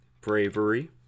Bravery